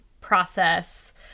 process